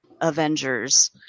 Avengers